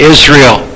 Israel